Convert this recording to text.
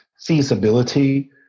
feasibility